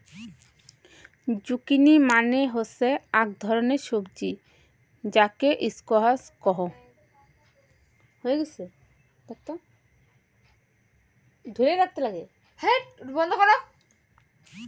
zucchini মানে হসে আক ধরণের সবজি যাকে স্কোয়াশ কহু